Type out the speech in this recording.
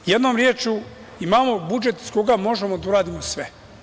Jednom rečju, imamo budžet iz koga možemo da uradimo sve.